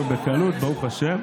כולנו, בקלות, ברוך השם.